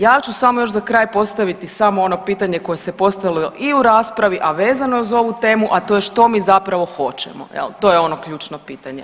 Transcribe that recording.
Ja ću samo još za kraj postaviti samo ono pitanje koje se postavilo i u raspravi, a vezano uz ovu temu, a to što mi zapravo hoćemo jel, to je ono ključno pitanje.